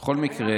זה היה בתקשורת,